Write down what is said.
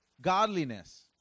godliness